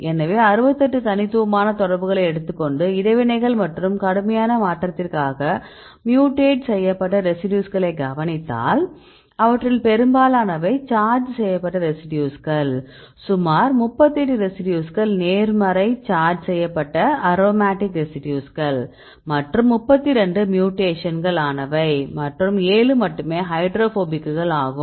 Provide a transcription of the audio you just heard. எனவே 68 தனித்துவமான தொடர்புகளை எடுத்துக்கொண்டு இடைவினைகள் மற்றும் கடுமையான மாற்றத்திற்காக மியூடேட் செய்யப்பட்ட ரெசிடியூஸ்களை கவனித்தால் அவற்றில் பெரும்பாலானவை சார்ஜ் செய்யப்பட்ட ரெசிடியூஸ்கள் சுமார் 38 ரெசிடியூஸ்கள்நேர்மறை சார்ஜ் செய்யப்பட்ட அரோமேட்டிக் ரெசிடியூஸ்கள் மற்றும் 32 மியூடேக்ஷன்கள் ஆனவை மற்றும் 7 மட்டுமே ஹைட்ரோபோபிக்குகள் ஆகும்